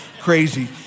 crazy